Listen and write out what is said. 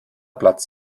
platz